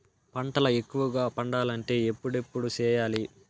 పంటల ఎక్కువగా పండాలంటే ఎప్పుడెప్పుడు సేయాలి?